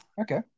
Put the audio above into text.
okay